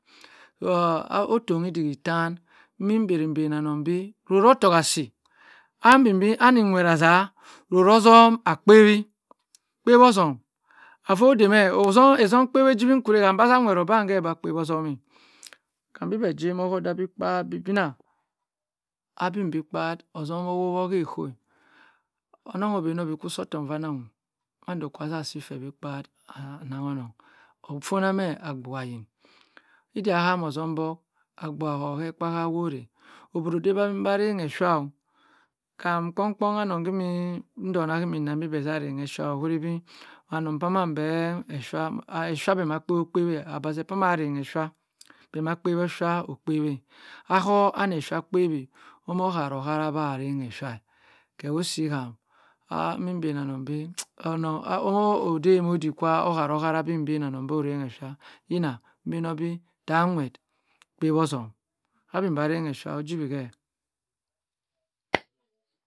Ohthonyi idighi terhm mmi banny anong bi roraho tough asi ani nweh azah rorohzom a akpien kpiewozom avoh dhme ozum kpien ojwi khureh cambah azam nwhe obanghe boh akpiewozom meh kambi beh ghe wom cooder bi kpa bi binah agbin bi kpa ozom ohwowoh hey ekoh onong ogbhenor bi ku soh tork anahum mandho avahsi per bi kpa anahonong ofonah meh abuah yin iddia aham ozhumbuk abhua kor khe ekper ha woreh obhrodhe bi anah rhenghe shao kham kpongh kpongh anong kimi ndaongha kini nang bi beh zah rhenghesha ehuribi anong phaman beh esha, esha beh mah kpeweh kpeweh abazeh khama rhenhe sha beh mah kpewesha okpeweh ahur anie sha akpeweh omoh kharoharaha bah rhenghe sha kewosi ham ha imibha-anong bi, onong omoh oddeymi oddik theeh oharohara bo teeh mbhaanong bo teeh ohrenghe sha, yina mbenorbi zharmweh kpe wozom amembha renghesha ojiwihee